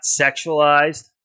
sexualized